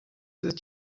ist